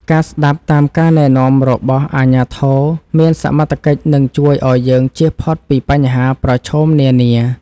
ការស្តាប់តាមការណែនាំរបស់អាជ្ញាធរមានសមត្ថកិច្ចនឹងជួយឱ្យយើងជៀសផុតពីបញ្ហាប្រឈមនានា។